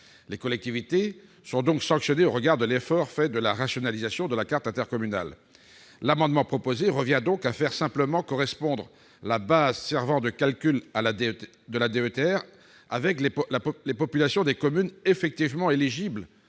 Les collectivités sont donc sanctionnées au regard de leur effort de rationalisation de la carte intercommunale. Cette proposition revient simplement à faire correspondre la base servant de calcul à la DETR avec les populations des communes effectivement éligibles